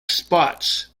spots